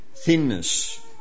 Thinness